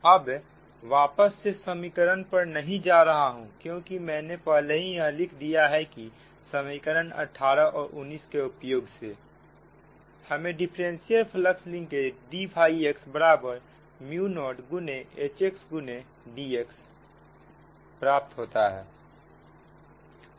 अब वापस से समीकरण पर नहीं जा रहा हूं क्योंकि मैंने पहले ही यहां लिख दिया है की समीकरण 18 और 19 के उपयोग से हमें differential flux linkage d phi x बराबर म्यु नोड गुने Hxगुने dx